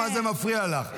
למה זה מפריע לך?